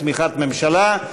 גברתי חברת הכנסת תמר זנדברג.